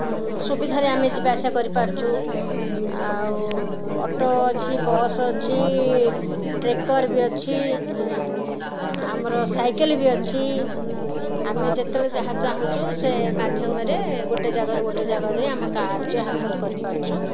ସୁବିଧାରେ ଆମେ ଯିବା ଆସିବା କରିପାରୁଛୁ ଆଉ ଅଟୋ ଅଛି ବସ୍ ଅଛି ଟ୍ରେକର୍ ବି ଅଛି ଆମର ସାଇକେଲ ବି ଅଛି ଆମେ ଯେତେବେଳେ ଯାହା ଚାହୁଁଛୁ ସେ ମାଧ୍ୟମରେ ଗୋଟେ ଜାଗାରୁ ଗୋଟେ ଜାଗାରେ ଯାଇ ଆମ କାର୍ଯ୍ୟ ହାସଲ କରିପାରୁଛୁ